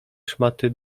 szmaty